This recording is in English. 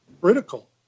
critical